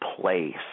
place